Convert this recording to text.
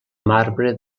marbre